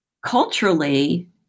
culturally